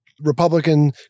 Republican